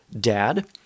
dad